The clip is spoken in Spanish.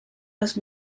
los